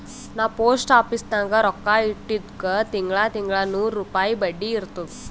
ನಾ post office ನಾಗ್ ರೊಕ್ಕಾ ಇಟ್ಟಿದುಕ್ ತಿಂಗಳಾ ತಿಂಗಳಾ ನೂರ್ ರುಪಾಯಿ ಬಡ್ಡಿ ಬರ್ತುದ್